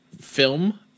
film